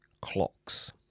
clocks